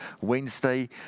Wednesday